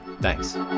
Thanks